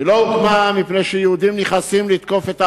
היא לא הוקמה מפני שיהודים נכנסים לתקוף את הערבים.